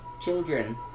Children